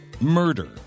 murder